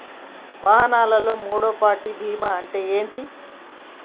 వాహనాల్లో మూడవ పార్టీ బీమా అంటే ఏంటి?